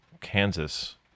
Kansas